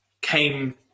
came